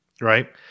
right